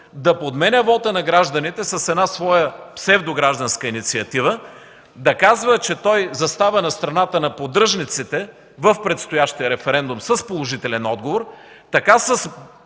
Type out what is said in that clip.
да подменя вота на гражданите с една своя псевдогражданска инициатива, да казва, че той застава на страната на поддръжниците в предстоящия референдум с положителен отговор, така, с